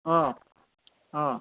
অঁ অঁ